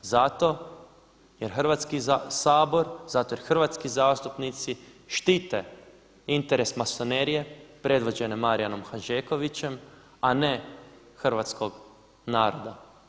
Zato jer Hrvatski sabor, zato jer hrvatski zastupnici štite interes masonerije predvođene Marijanom Handžekovićem a ne hrvatskog naroda.